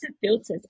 filters